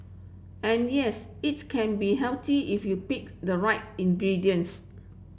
and yes it can be healthy if you pick the right ingredients